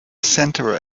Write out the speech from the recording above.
centre